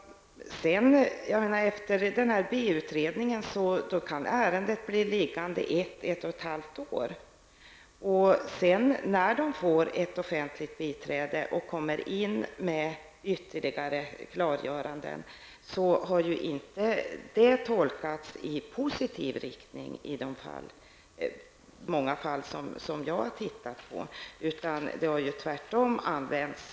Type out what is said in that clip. Efter B utredningen kan ärendet bli liggande ett till ett och ett halvt år. När ett offentligt biträde har förordnats och det blir ytterligare klargöranden har detta i många av de fall som jag har tittat på inte tolkats i positiv riktning.